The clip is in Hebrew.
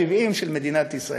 ה-70, של מדינת ישראל?